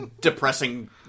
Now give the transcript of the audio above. Depressing